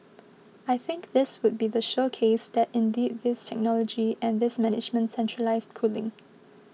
I think this would be the showcase that indeed this technology and this management centralised cooling